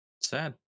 sad